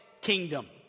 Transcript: kingdom